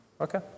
Okay